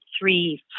three